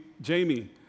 Jamie